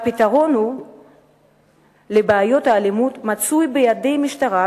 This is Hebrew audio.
הפתרון לבעיות האלימות מצוי בידי המשטרה,